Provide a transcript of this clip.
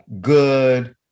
good